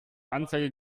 anzeige